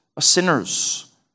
Sinners